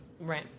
Right